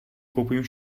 koupím